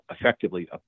effectively